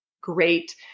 great